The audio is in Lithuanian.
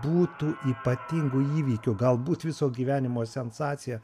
būtų ypatingų įvykių galbūt viso gyvenimo sensacija